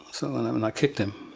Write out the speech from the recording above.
so and um and i kicked him.